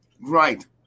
Right